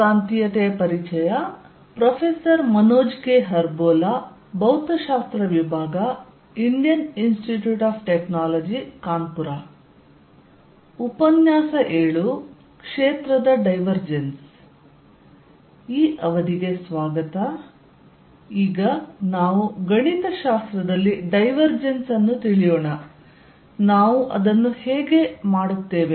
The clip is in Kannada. ಕ್ಷೇತ್ರದ ಡೈವರ್ಜೆನ್ಸ್ ಈಗ ನಾವು ಗಣಿತಶಾಸ್ತ್ರದಲ್ಲಿ ಡೈವರ್ಜೆನ್ಸ್ ಅನ್ನು ತಿಳಿಯೋಣ ನಾವು ಅದನ್ನು ಹೇಗೆ ಮಾಡುತ್ತೇವೆ